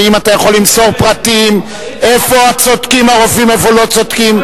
ואתה יכול למסור פרטים איפה צודקים הרופאים ואיפה לא צודקים.